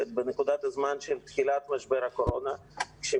לנקודת הזמן של תחילת משבר הקורונה כאשר